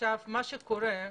מה שקורה,